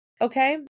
Okay